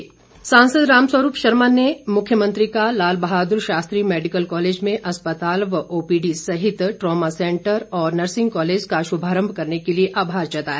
राम स्वरूप सांसद राम स्वरूप शर्मा ने मुख्यमंत्री का लाल बहादुर शास्त्री मैडिकल कॉलेज में अस्पताल व ओपीडी सहित ट्रॉमा सैंटर और नर्सिंग कॉलेज का शुभारंभ करने के लिए आभार जताया